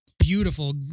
Beautiful